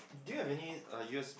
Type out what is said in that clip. do you have any uh U_S